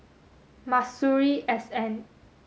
Masuri S N